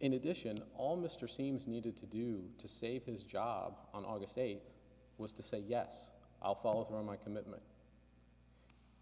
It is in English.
in addition all mr seems needed to do to save his job on august eighth was to say yes i'll follow through on my commitment